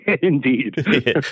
Indeed